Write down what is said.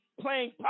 playing